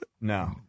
No